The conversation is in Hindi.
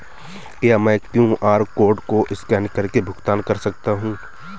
क्या मैं क्यू.आर कोड को स्कैन करके भुगतान कर सकता हूं?